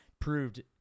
proved